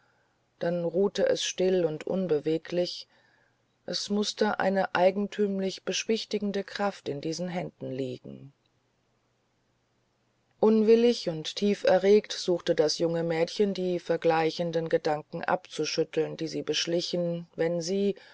dann ruhte es still und unbeweglich es mußte eine eigentümlich beschwichtigende kraft in diesen händen liegen unwillig und tief erregt suchte das junge mädchen die vergleichenden gedanken abzuschütteln die sie beschlichen wenn sie